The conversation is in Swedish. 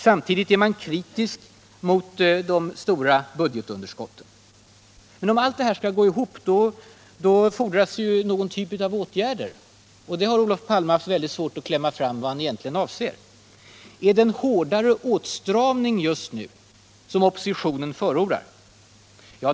Och man är kritisk mot de stora budgetunderskotten. Men om allt detta skall gå ihop fordras ju någon typ av åtgärder, och Olof Palme har haft mycket svårt att klämma fram med vad han egentligen avser. Är det en hårdare åtstramning just nu som oppositionen förordar?